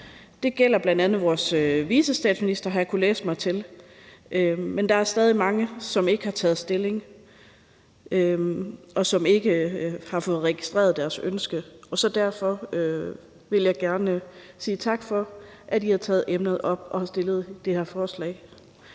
Det gælder bl.a. vores vicestatsminister, har jeg kunnet læse mig til. Men der er stadig mange, som ikke har taget stilling, og som ikke har fået registreret deres ønske. Derfor vil jeg gerne sige tak for, at I har taget emnet op og fremsat det her forslag.